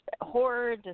horror